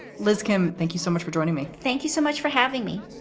liz cohen, thank you so much for joining me. thank you so much for having me.